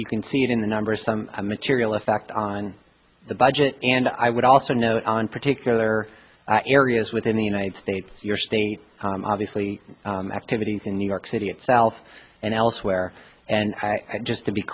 you can see it in the numbers some material effect on the budget and i would also note on particular areas within the united states your state obviously activities in new york city itself and elsewhere and i just to be